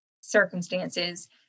circumstances